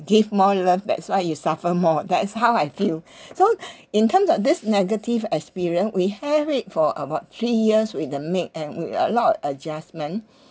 give more love that's why you suffer more that's how I feel so in terms of this negative experience we have it for about three years with the maid and with a lot of adjustment